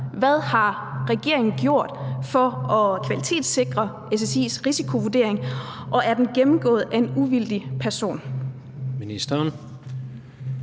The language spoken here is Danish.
Hvad har regeringen gjort for at kvalitetssikre SSI's risikovurdering, og er den gennemgået af en uvildig person?